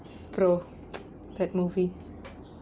brother that movie